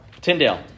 Tyndale